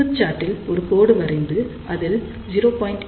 Smith சார்ட்டில் ஒரு கோடு வரைந்து அதில் 0